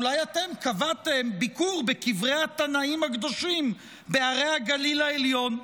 אולי אתם קבעתם ביקור בקברי התנאים הקדושים בהרי הגליל העליון?